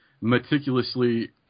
meticulously